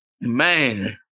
man